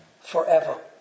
forever